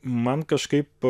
man kažkaip